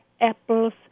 apples